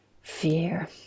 fear